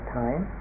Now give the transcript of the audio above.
time